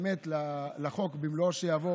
באמת לחוק במלואו שיבוא